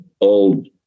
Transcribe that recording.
old